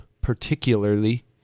particularly